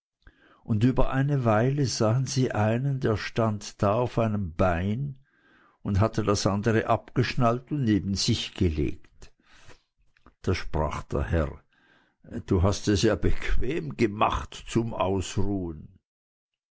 und über eine zeit sahen sie einen der stand da auf einem bein und hatte das andere abgeschnallt und neben sich gelegt da sprach der herr du hast dirs ja bequem gemacht zum ausruhen